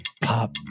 pop